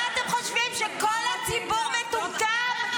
מה אתם חושבים, שכל הציבור מטומטם?